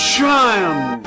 Shine